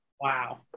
Wow